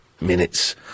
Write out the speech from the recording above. minutes